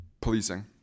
policing